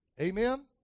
Amen